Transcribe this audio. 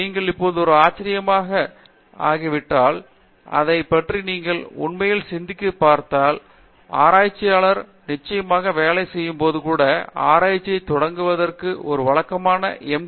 நீங்கள் இப்போது ஒரு ஆராய்ச்சியாளராக ஆகிவிட்டால் அதைப் பற்றி நீங்கள் உண்மையில் சிந்தித்துப் பார்த்தால் நீங்கள் நிச்சயமாக வேலை செய்யும் போது கூட ஆராய்ச்சியை தொடங்குவதற்கு ஒரு வழக்கமான எம்